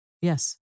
Yes